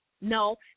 No